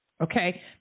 okay